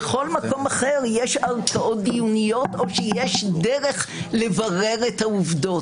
בכל מקום אחר יש ערכאות דיוניות או שיש דרך לברר את העובדות.